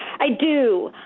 i do.